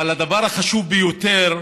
אבל הדבר החשוב ביותר,